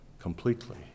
completely